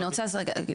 אז אני רוצה רגע להגיד.